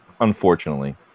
Unfortunately